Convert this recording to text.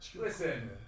Listen